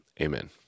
Amen